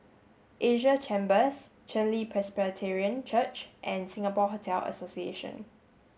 Asia Chambers Chen Li Presbyterian Church and Singapore Hotel Association